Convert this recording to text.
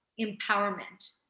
empowerment